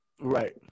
right